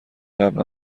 قبلا